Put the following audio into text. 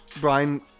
Brian